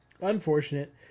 Unfortunate